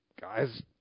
guys